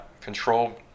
control